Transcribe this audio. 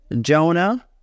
Jonah